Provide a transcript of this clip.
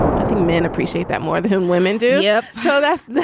i think men appreciate that more than women do yeah so that's